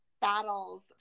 battles